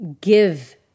give